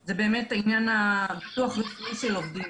זה באמת עניין הביטוח הרפואי של עובדים.